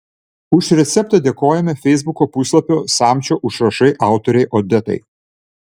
už receptą dėkojame feisbuko puslapio samčio užrašai autorei odetai